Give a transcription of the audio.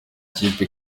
kipe